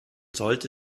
sollte